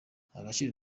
agaciro